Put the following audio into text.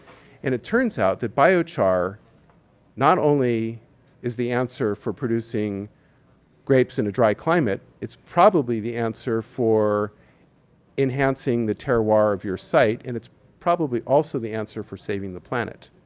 and it turns out that biochar not only is the answer for producing grapes in a dry climate, it's probably the answer for enhancing the terroir of your site. and it's probably also the answer for saving the planet.